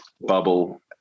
bubble